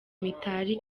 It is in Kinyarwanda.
mitali